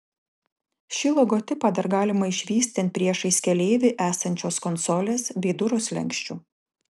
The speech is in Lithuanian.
šį logotipą dar galima išvysti ant priešais keleivį esančios konsolės bei durų slenksčių